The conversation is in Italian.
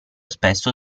spesso